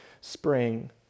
spring